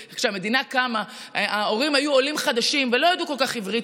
כשהמדינה קמה ההורים היו עולים חדשים ולא ידעו כל כך עברית,